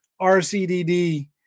RCDD